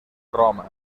roma